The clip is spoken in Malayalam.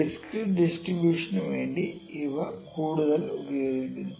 ഡിസ്ക്രീറ്റ് ഡിസ്ട്രിബൂഷന് വേണ്ടി ഇവ കൂടുതൽ ഉപയോഗിക്കുന്നു